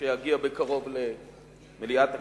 שיגיע בקרוב למליאת הכנסת,